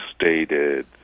stated